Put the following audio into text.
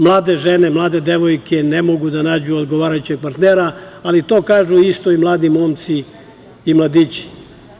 Mlade žene, mlade devojke ne mogu da nađu odgovarajućeg partnera, ali to kažu isto i mladi momci i mladići.